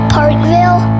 Parkville